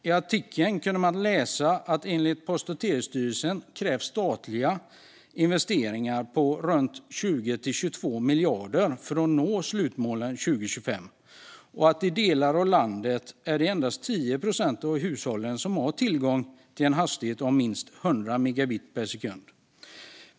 I artikeln kunde man läsa att det enligt Post och telestyrelsen krävs statliga investeringar på 20-22 miljarder kronor för att nå slutmålen 2025 och att det i delar av landet är endast 10 procent av hushållen som har tillgång till en hastighet om minst 100 megabit per sekund.